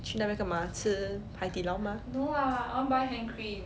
去那边干嘛吃 Hai-Di-Lao mah